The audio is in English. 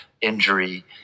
injury